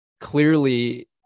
clearly